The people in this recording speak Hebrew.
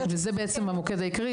זה בעצם המוקד העיקרי.